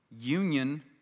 union